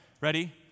ready